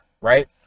right